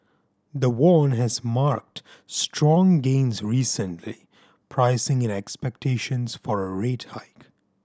the Won has marked strong gains recently pricing in expectations for a rate hike